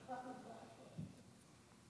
כבוד היושב-ראש,